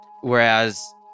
Whereas